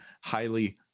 highly